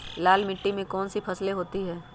लाल मिट्टी में कौन सी फसल होती हैं?